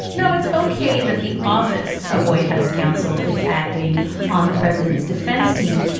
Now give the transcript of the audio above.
no, it's ok that the office of white house counsel is acting on the president's defense team.